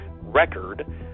record